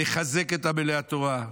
נחזק את עמלי התורה,